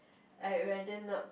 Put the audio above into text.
I rather not